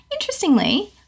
Interestingly